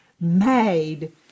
made